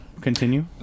Continue